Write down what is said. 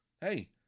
hey